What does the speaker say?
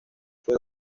fue